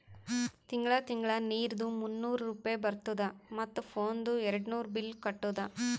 ತಿಂಗಳ ತಿಂಗಳಾ ನೀರ್ದು ಮೂನ್ನೂರ್ ರೂಪೆ ಬರ್ತುದ ಮತ್ತ ಫೋನ್ದು ಏರ್ಡ್ನೂರ್ ಬಿಲ್ ಕಟ್ಟುದ